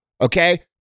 okay